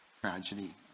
tragedy